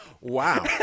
wow